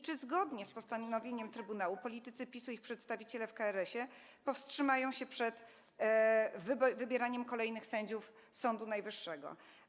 Czy zgodnie z postanowieniem Trybunału politycy PiS-u i ich przedstawiciele w KRS powstrzymają się przed wybieraniem kolejnych sędziów Sądu Najwyższego?